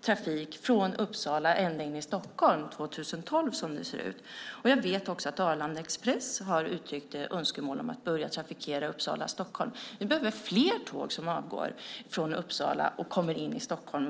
trafik som går från Uppsala ända in i Stockholm 2012, som det ser ut. Jag vet också att Arlanda Express har uttryckt önskemål om att börja trafikera sträckan Uppsala-Stockholm. Vi behöver fler tåg som avgår från Uppsala och åker in i Stockholm.